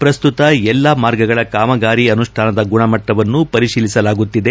ಪ್ರಸ್ತುತ ಎಲ್ಲಾ ಮಾರ್ಗಗಳ ಕಾಮಗಾರಿ ಅನುಷ್ಪಾನದ ಗುಣಮಟ್ಟವನ್ನು ಪರಿತೀಲಿಸಲಾಗುತ್ತಿದೆ